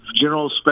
general